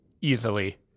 easily